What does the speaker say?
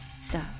Stop